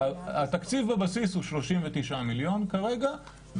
התקציב בבסיס הוא 39 מיליון כרגע,